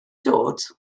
dod